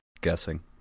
Guessing